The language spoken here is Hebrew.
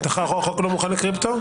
הוא לא חל על קריפטו.